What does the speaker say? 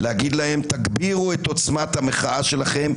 להגיד להם "תגבירו את עוצמת המחאה שלכם,